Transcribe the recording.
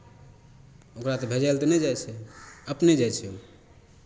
ओकरा तऽ भेजायल तऽ नहि जाइ छै अपने जाइ छै ओ